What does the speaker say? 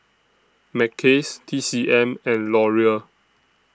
Mackays T C M and Laurier